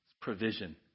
provision